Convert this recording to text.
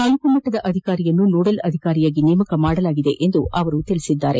ತಾಲ್ಲೂಕು ಮಟ್ಟದ ಅಧಿಕಾರಿಯನ್ನು ನೊಡೆಲ್ ಅಧಿಕಾರಿಯಾಗಿ ನೇಮಿಸಲಾಗಿದೆ ಎಂದು ಅವರು ತಿಳಿಸಿದ್ದಾರೆ